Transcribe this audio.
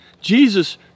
Jesus